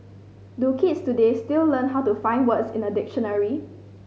do kids today still learn how to find words in a dictionary